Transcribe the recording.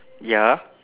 ya